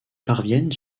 parviennent